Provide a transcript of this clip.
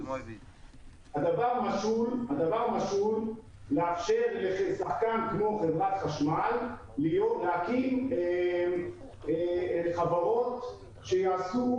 הדבר משול לאפשר לשחקן כמו חברת חשמל להקים חברות שיעשו